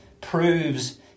proves